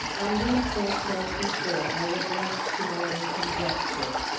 on these points, as before, i was left to my own conjectures.